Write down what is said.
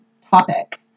topic